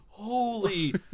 Holy